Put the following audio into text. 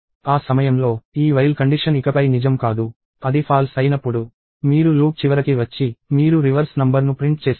ఆ సమయంలో ఈ while కండిషన్ ఇకపై నిజం కాదు అది ఫాల్స్ అయినప్పుడు మీరు లూప్ చివరకి వచ్చి మీరు రివర్స్ నంబర్ను ప్రింట్ చేస్తారు